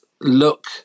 look